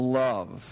love